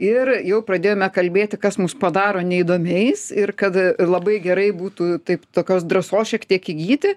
ir jau pradėjome kalbėti kas mus padaro neįdomiais ir kad labai gerai būtų taip tokios drąsos šiek tiek įgyti